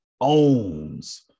owns